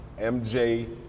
MJ